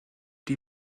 die